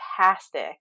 fantastic